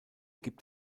gibt